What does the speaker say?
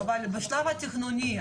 אבל בשלב התכנוני,